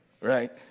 right